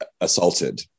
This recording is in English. assaulted